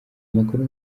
makuru